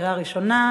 בקריאה ראשונה.